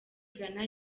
gana